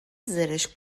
زرشک